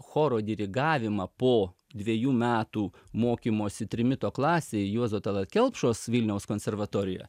choro dirigavimą po dvejų metų mokymosi trimito klasėj juozo tallat kelpšos vilniaus konservatorija